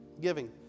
giving